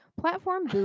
Platform